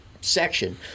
section